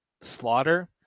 slaughter